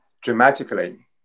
dramatically